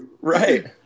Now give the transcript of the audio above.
Right